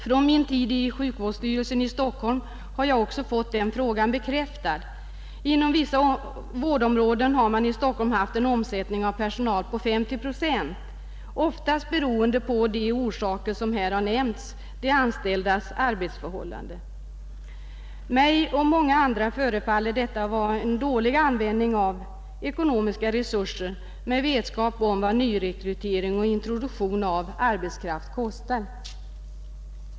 Från min tid i sjukvårdsstyrelsen i Stockholm har jag också fått detta bekräftat. Inom vissa vårdområden har man i Stockholm haft en omsättning av personal på 50 procent, oftast av de orsaker som här har nämnts: de anställdas arbetsförhållanden. Mig och många andra förefaller detta vara en dålig användning av ekonomiska resurser, med vetskap om vad nyrekrytering och introduk tion av arbetskraft kostar.